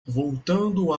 voltando